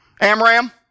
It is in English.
Amram